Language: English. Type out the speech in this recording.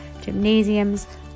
gymnasiums